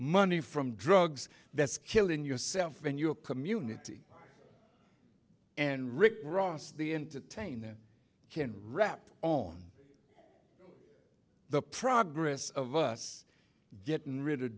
money from drugs that's killing yourself in your community and rick ross the entertainer can rap on the progress of us getting rid of